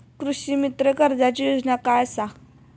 कृषीमित्र कर्जाची योजना काय असा?